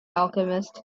alchemist